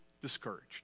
discouraged